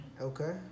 Okay